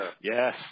Yes